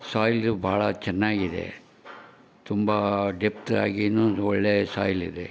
soil ಬಹಳ ಚೆನ್ನಾಗಿದೆ ತುಂಬ ಡೆಪ್ತಾಗಿಯೂ ಒಳ್ಳೆ ಸಾಯಿಲ್ ಇದೆ